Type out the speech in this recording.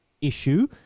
issue